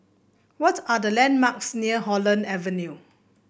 what are the landmarks near Holland Avenue